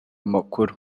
amakuru